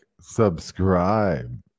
subscribe